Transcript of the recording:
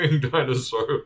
Dinosaur